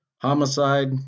Homicide